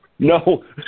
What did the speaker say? No